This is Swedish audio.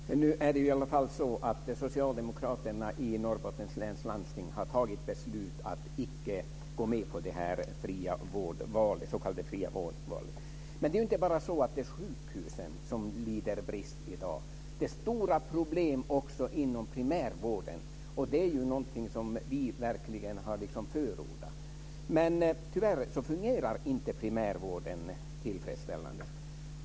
Herr talman! Nu är det i alla fall så att socialdemokraterna i Norrbottens läns landsting har fattat beslutet att icke gå med på det här s.k. fria vårdvalet. Men det är inte bara sjukhusen som lider brist i dag. Det är också stora problem inom primärvården. Primärvården är ju någonting som vi har verkligen har förordat, men tyvärr fungerar den inte tillfredsställande.